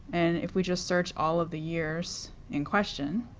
and if we just search all of the years in question,